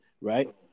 right